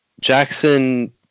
Jackson